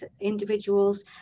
individuals